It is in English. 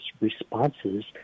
responses